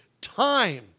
time